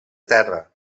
terra